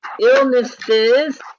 illnesses